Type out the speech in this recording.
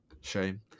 Shame